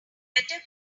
better